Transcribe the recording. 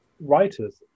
writers